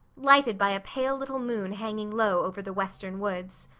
lighted by a pale little moon hanging low over the western woods.